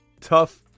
tough